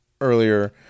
earlier